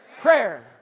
Prayer